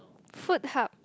food hub